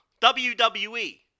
WWE